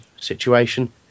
situation